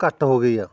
ਘੱਟ ਹੋ ਗਈ ਆ